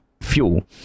fuel